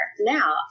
now